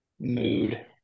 mood